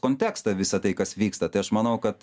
kontekstą visą tai kas vyksta tai aš manau kad